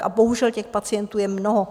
A bohužel těch pacientů je mnoho.